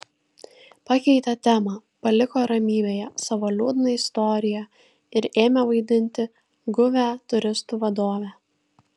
pakeitė temą paliko ramybėje savo liūdną istoriją ir ėmė vaidinti guvią turistų vadovę